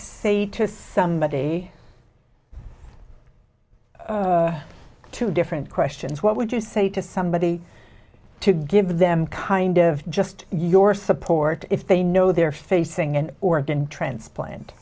say to somebody two different questions what would you say to somebody to give them kind of just your support if they know they're facing an organ transplant